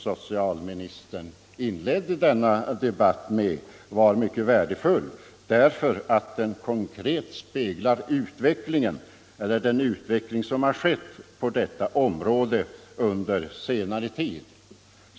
Socialministern inledde den här debatten med en mycket värdefull redovisning, som konkret speglade utvecklingen på detta område under senare tid.